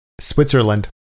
switzerland